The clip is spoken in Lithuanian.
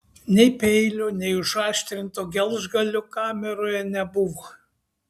nei peilio nei užaštrinto gelžgalio kameroje nebuvo